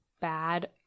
bad